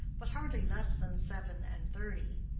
but hardly less than seven-and-thirty.